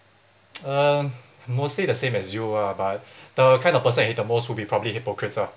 um mostly the same as you ah but the kind of person I hate the most will be probably hypocrites ah